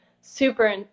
super